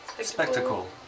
spectacle